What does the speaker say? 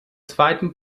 zweiten